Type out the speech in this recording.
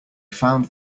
found